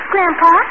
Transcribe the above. Grandpa